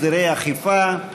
הסדרי אכיפה),